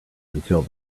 until